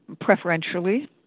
preferentially